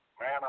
Man